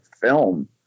film